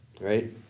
right